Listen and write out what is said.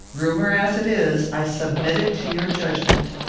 rumour as it is, i submit it to your judgment,